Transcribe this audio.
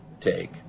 take